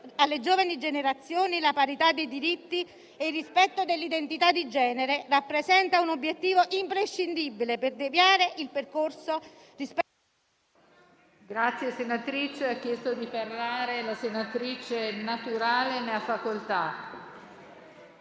alle giovani generazioni la parità dei diritti e il rispetto dell'identità di genere rappresenta un obiettivo imprescindibile per deviare il percorso... (*Il microfono